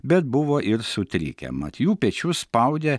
bet buvo ir sutrikę mat jų pečius spaudė